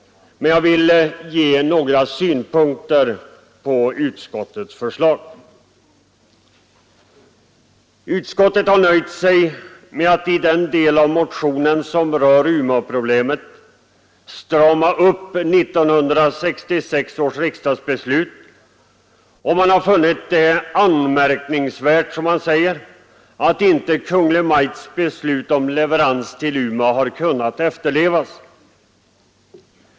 Men jag vill ändå ge några synpunkter på utskottets förslag. Beträffande den del av motionen som rör Umeåproblemet har utskottet nöjt sig med att strama upp 1966 års riksdagsbeslut. Utskottet har funnit det ”anmärkningsvärt” att inte Kungl. Maj:ts beslut om leverans till Umeå har kunnat efterlevas.